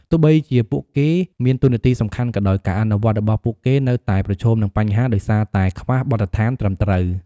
ទោះបីជាពួកគេមានតួនាទីសំខាន់ក៏ដោយ ការអនុវត្តន៍របស់ពួកគេនៅតែប្រឈមនឹងបញ្ហា ដោយសារតែខ្វះបទដ្ឋានត្រឹមត្រូវ។